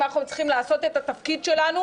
אם אנחנו לא מצליחים לעשות את התפקיד שלנו,